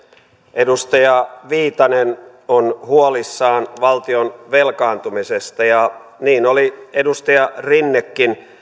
edustaja viitanen on huolissaan valtion velkaantumisesta ja niin oli edustaja rinnekin